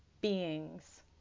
beings